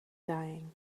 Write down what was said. dying